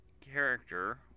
character